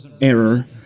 error